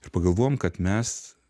ir pagalvojom kad mes